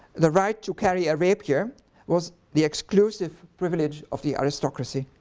the right to carry a rapier was the exclusive privilege of the aristocracy